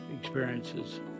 experiences